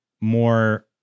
more